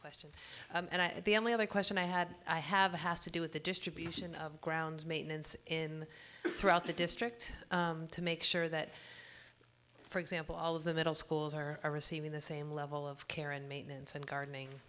question and i the only other question i had i have a has to do with the distribution of grounds maintenance in throughout the district to make sure that for example all of the middle schools are receiving the same level of care and maintenance and